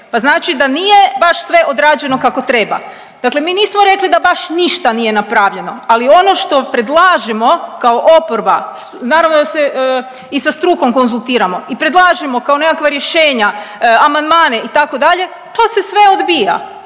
pa znači da nije baš sve odrađeno kako treba. Dakle, mi nismo rekli da baš ništa nije napravljeno, ali ono što predlažemo kao oporba naravno da se i sa strukom konzultiramo i predlažemo kao nekakva rješenja, amandmane itd. to se sve odbija,